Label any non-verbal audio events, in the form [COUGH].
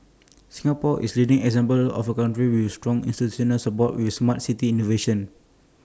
[NOISE] Singapore is leading example of A country with strong institutional support with Smart City innovation